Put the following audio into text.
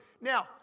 Now